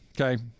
Okay